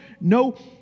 no